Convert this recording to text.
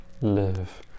live